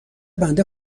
بنده